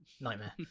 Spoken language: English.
nightmare